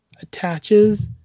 attaches